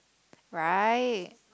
right